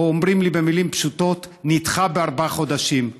או אומרים לי במילים פשוטות: נדחה בארבעה חודשים.